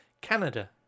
Canada